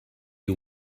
you